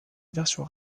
version